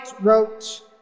wrote